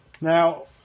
Now